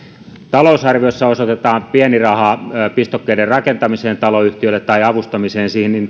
talousarviossa osoitetaan pieni raha pistokkeiden rakentamiseen taloyhtiölle tai avustamiseen siinä